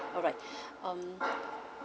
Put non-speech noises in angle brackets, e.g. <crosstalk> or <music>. alright <breath> um